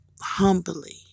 humbly